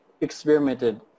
experimented